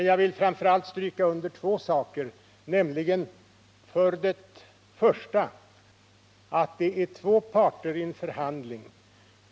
Jag vill framför allt stryka under att det är två parter i en förhandling.